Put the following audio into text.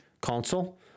console